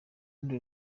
rundi